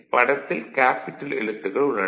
படத்தில் கேபிடல் எழுத்துகள் உள்ளன